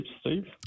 Steve